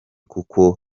kuko